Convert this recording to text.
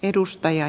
edustaja